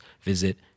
visit